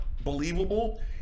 believable